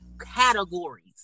categories